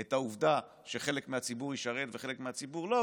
את העובדה שחלק מהציבור ישרת וחלק מהציבור לא,